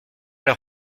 leur